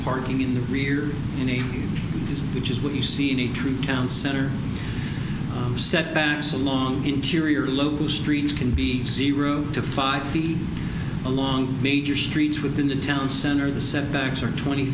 parking in the rear any which is what you see any true town center setbacks along interior local streets can be zero to five feet along major streets within the town center the setbacks are twenty